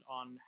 on